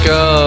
go